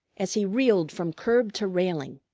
as he reeled from curb to railing,